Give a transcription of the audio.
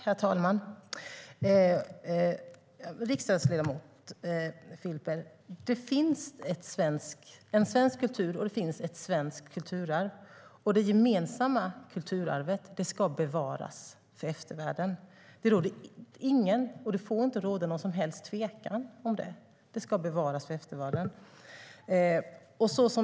Herr talman! Riksdagsledamot Filper, det finns en svensk kultur, och det finns ett svenskt kulturarv. Och det gemensamma kulturarvet ska bevaras för eftervärlden. Det råder ingen och det får inte råda någon som helst tvekan om det. Det ska bevaras för eftervärlden.